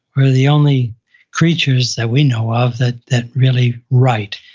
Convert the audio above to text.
we're the only creatures that we know of that that really write.